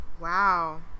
Wow